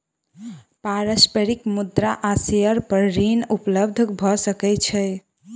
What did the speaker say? पारस्परिक मुद्रा आ शेयर पर ऋण उपलब्ध भ सकै छै